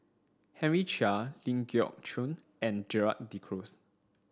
Henry Chia Ling Geok Choon and Gerald De Cruz